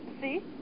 See